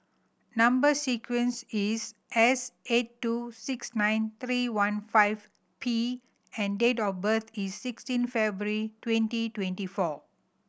number sequence is S eight two six nine three one five P and date of birth is sixteen February twenty twenty four